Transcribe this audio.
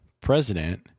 president